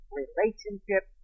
relationship